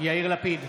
יאיר לפיד,